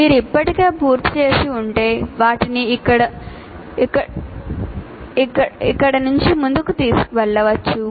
మీరు ఇప్పటికే పూర్తి చేసి ఉంటే వాటిని ఇక్కడ ముందుకు తీసుకెళ్లవచ్చు